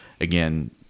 again